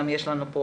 יש לנו פה